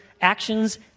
actions